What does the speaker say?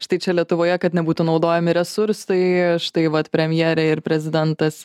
štai čia lietuvoje kad nebūtų naudojami resursai štai vat premjerė ir prezidentas